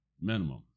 minimum